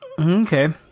Okay